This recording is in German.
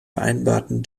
vereinbarten